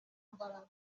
mbaraga